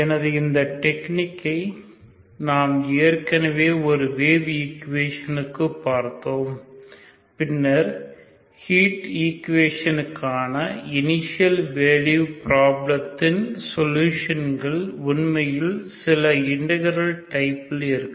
எனது இந்த டெக்னிக்கை நாம் ஏற்கனவே ஒரு வேவ் ஈக்குவேஷனுக்கு பார்த்தோம் பின்னர் ஹீட் ஈக்குவேஷனுக்குகான இனிஷியல் வேல்யூ பிராப்ளதின் சொலுஷன்கள் உண்மையில் சில இன்டெகிரல் டைப்பில் இருக்கும்